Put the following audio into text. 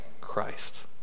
Christ